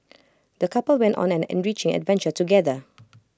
the couple went on an enriching adventure together